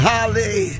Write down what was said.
Holly